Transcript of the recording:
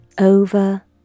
over